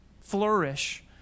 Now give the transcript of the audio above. flourish